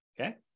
Okay